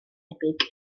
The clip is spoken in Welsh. debyg